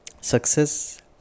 Success